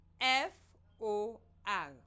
F-O-R